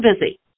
busy